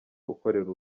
ukorera